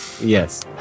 Yes